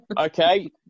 Okay